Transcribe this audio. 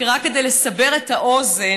רק כדי לסבר את האוזן,